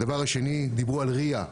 הדבר השני, דיברו על ריא.